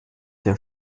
der